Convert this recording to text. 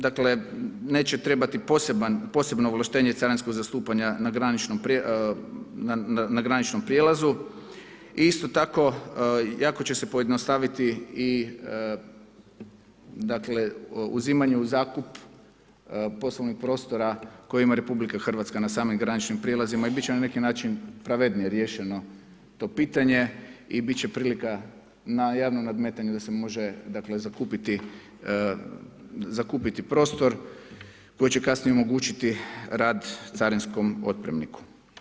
Dakle, neće trebati nekakvo posebno ovlaštenje carinskog postupanja na graničnom prijelazu i isto tako jako će se pojednostaviti i dakle, uzimanje u zakup poslovnih prostora kojima RH na samim graničnim prijelazima i biti će na neki način pravednije riješeno to pitanje i biti će prilika na javnom nadmetanju da se može dakle, zakupiti prostor koji će kasnije omogućiti rad carinskom otpremniku.